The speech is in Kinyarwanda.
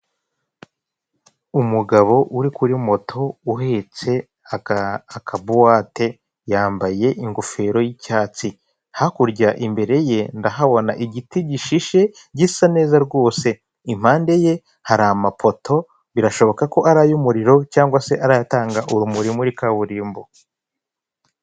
Umugabo uri kuri moto uhetse akabuwate yambaye ingofero y'icyatsi. Hakurya imbere ye ndahabona igiti gishishe gisa neza rwose, impande ye hari amapoto birashoboka ko ari ay'umuriro cyangwa se ari ayatanga urumuri muri kaburimbo.